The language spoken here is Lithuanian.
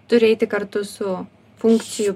turi eiti kartu su funkcijų